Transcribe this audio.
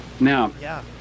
Now